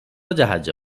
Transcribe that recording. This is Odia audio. ଜାହାଜ